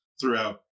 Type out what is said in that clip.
throughout